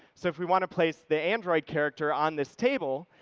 so if we want to place the android character on this table,